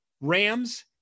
Rams